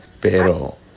Pero